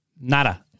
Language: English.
Nada